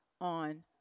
on